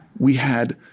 we had